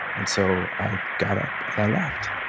and so i got up, and i left.